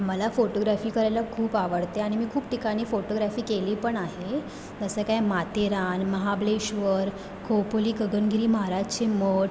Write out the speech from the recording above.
मला फोटोग्राफी करायला खूप आवडते आणि मी खूप ठिकाणी फोटोग्राफी केली पण आहे तसं काय माथेरान महाबळेश्वर खोपोली गगनगिरी महाराजचे मठ